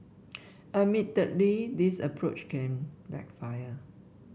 admittedly this approach can backfire